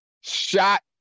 shot